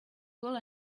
pool